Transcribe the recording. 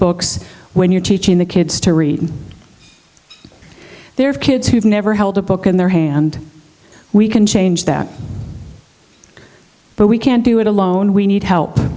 books when you're teaching the kids to read their kids who've never held a book in their hand we can change that but we can't do it alone we need help